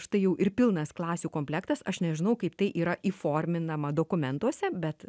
štai jau ir pilnas klasių komplektas aš nežinau kaip tai yra įforminama dokumentuose bet